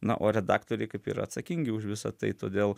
na o redaktoriai kaip yra atsakingi už visą tai todėl